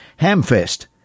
Hamfest